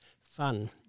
fun